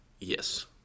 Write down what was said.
Yes